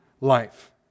life